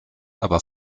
aber